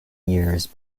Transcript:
years